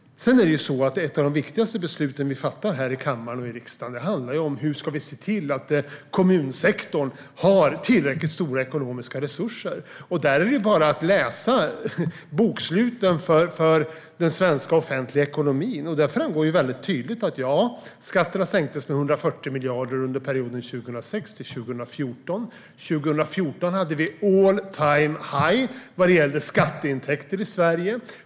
För det andra handlar ett av de viktigaste beslut vi fattar här i kammaren om hur vi ska se till att kommunsektorn har tillräckligt stora ekonomiska resurser. Där är det bara att läsa boksluten för den svenska offentliga ekonomin. Där framgår tydligt att ja, skatterna sänktes med 140 miljarder under perioden 2006-2014. Men 2014 hade vi all time high vad gällde skatteintäkter i Sverige.